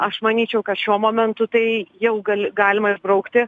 aš manyčiau kad šiuo momentu tai jau gali galima išbraukti